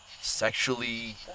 sexually